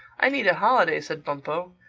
i need a holiday, said bumpo.